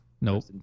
Nope